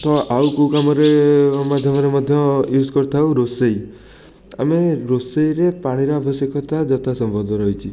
ତୋ ଆଉ କେଉଁ କାମରେ ମାଧ୍ୟମରେ ମଧ୍ୟ ୟୁଜ୍ କରିଥାଉ ରୋଷେଇ ଆମେ ରୋଷେଇରେ ପାଣିର ଆବଶ୍ୟକତା ଯଥା ସମ୍ବଦ୍ଧ ରହିଛି